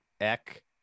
Eck